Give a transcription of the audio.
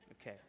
Okay